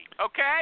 okay